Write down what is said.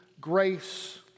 grace